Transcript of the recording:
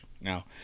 Now